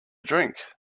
drink